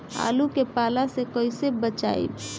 आलु के पाला से कईसे बचाईब?